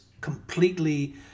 completely